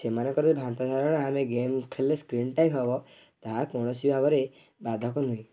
ସେମାନଙ୍କର ଭ୍ରାନ୍ତ ଧାରଣା ଆମେ ଗେମ୍ ଖେଳିଲେ ସ୍କିନ୍ ହେବ ତାହା କୌଣସି ଭାବରେ ବାଧକ ନୁହେଁ